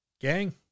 Gang